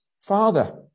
father